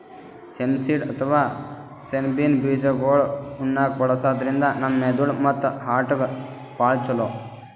hemp seed ಅಥವಾ ಸೆಣಬಿನ್ ಬೀಜಾಗೋಳ್ ಉಣ್ಣಾಕ್ಕ್ ಬಳಸದ್ರಿನ್ದ ನಮ್ ಮೆದಳ್ ಮತ್ತ್ ಹಾರ್ಟ್ಗಾ ಭಾಳ್ ಛಲೋ